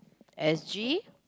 S_G